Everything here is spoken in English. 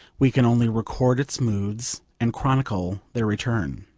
we can only record its moods, and chronicle their return.